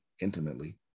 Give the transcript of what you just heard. intimately